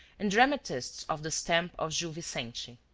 and dramatists of the stamp of gil vicente.